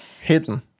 hidden